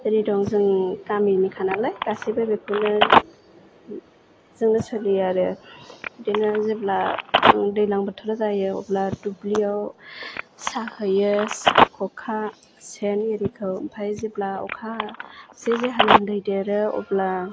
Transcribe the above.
एरि दं जों गामिनिखा नालाय गासैबो बेखौनो जोंनो सोलियो आरो बिदिनो जेब्ला दैज्लां बोथोर जायो अब्ला दुब्लियाव साहैयो खखा सेन एरिखौ ओमफ्राय जेब्ला अखा जे जे हानानै दै देरो अब्ला